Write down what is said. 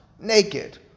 naked